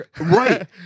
right